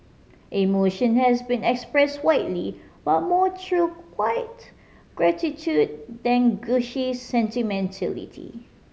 emotion has been expressed widely but more through quiet gratitude than gushy sentimentality